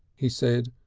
he said,